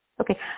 Okay